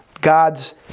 God's